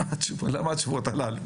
למה התשובות הללו?